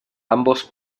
ambos